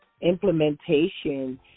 implementation